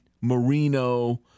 Marino